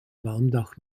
walmdach